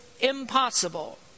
impossible